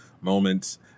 moments